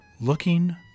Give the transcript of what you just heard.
Looking